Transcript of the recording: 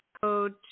code